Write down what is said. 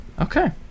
Okay